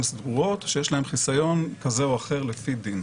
סגורות ושיש להם חיסיון כזה או אחר לפי דין.